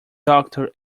doctor